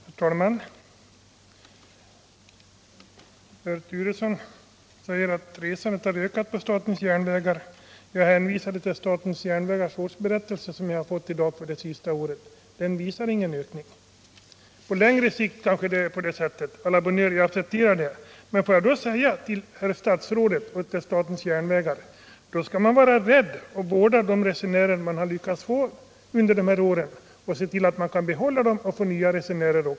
Herr talman! Herr Turesson säger att resandet med statens järnvägar har ökat. Jag hänvisade till statens järnvägars årsberättelse för det senaste året som jag fått i dag. Den visar ingen ökning. På längre sikt blir det kanske en ökning. A la bonne heure, jag accepterar detta, men får jag då säga till statsrådet och till statens järnvägar: Man bör vara rädd om de resenärer som man lyckats få under de här åren och se till att man får behålla dem och även få nya resenärer.